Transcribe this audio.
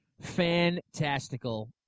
Fantastical